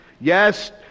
Yes